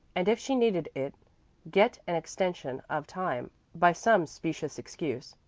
and if she needed it get an extension of time by some specious excuse.